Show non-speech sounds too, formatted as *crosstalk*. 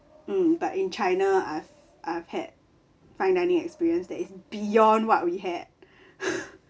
mm but in china I've I've had fine dining experience that is beyond what we had *laughs*